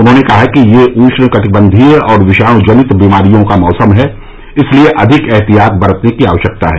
उन्होंने कहा कि यह ऊष्ण कटिबंधीय और विषाणु जनित बीमारियों का मौसम है इसलिए अधिक ऐहतियात बरतने की आवश्यकता है